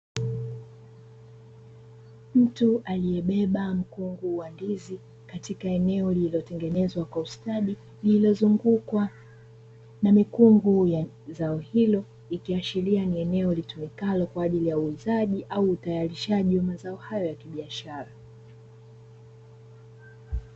Mtu aliyebeba mkungu wa ndizi katika eneo lililotengenezwa kwa ustadi lililozungukwa na mikungu ya zao hilo, ikiashiria ni eneo litumikalo kwa ajili ya uuzaji au utayarishaji wa mazao hayo ya kibiashara.